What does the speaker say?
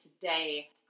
today